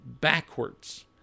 backwards